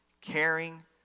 caring